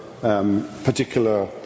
particular